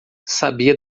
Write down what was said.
sabia